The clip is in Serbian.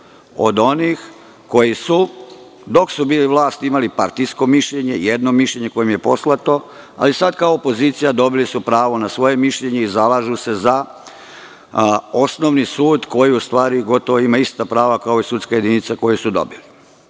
od onih koji su dok su bili na vlasti imali partijsko mišljenje, jedno mišljenje koje im je poslato, ali sad kao opozicija dobili su pravo na svoje mišljenje i zalažu se za osnovni sud, koji u stvari ima gotovo ista prava kao sudska jedinica koju su dobili. Mi